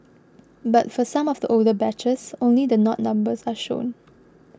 but for some of the older batches only the not numbers are shown